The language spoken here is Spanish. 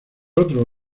otro